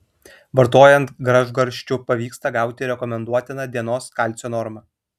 vartojant gražgarsčių pavyksta gauti rekomenduotiną dienos kalcio normą